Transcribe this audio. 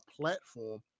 platform